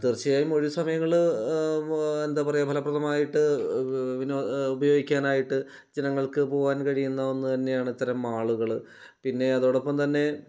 തീർച്ചയായും ഒഴിവ് സമയങ്ങൾ എന്താണ് പറയുക ഫലപ്രദമായിട്ട് വിനോ ഉപയോഗിക്കാനായിട്ട് ജനങ്ങൾക്ക് പോവാൻ കഴിയുന്ന ഒന്ന് തന്നെയാണ് ഇത്തരം മാളുകൾ പിന്നെ അതോടൊപ്പം തന്നെ